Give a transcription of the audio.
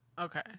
Okay